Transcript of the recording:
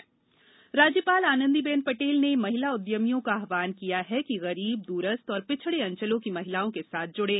राज्यपाल राज्यपाल श्रीमती आनंदीबेन पटेल ने महिला उद्यमियों का आव्हान किया है कि गरीब दूरस्थ और पिछड़े अंचलों की महिलाओं के साथ जुड़े